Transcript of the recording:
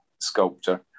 sculptor